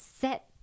set